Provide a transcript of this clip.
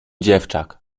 dziewczak